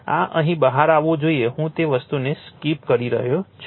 આ અહીંથી બહાર આવવું જોઈએ હું તે વસ્તુને સ્કિપ કરી રહ્યો છું